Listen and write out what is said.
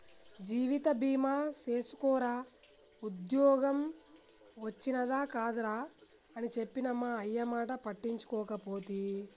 జీవిత బీమ సేసుకోరా ఉద్ద్యోగం ఒచ్చినాది కదరా అని చెప్పిన మా అయ్యమాట పట్టించుకోకపోతి